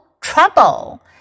trouble